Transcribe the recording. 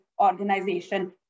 organization